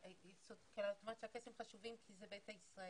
אבל את אומרת שהקייסים חשובים כי זה ביתא ישראל.